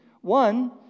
One